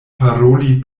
paroli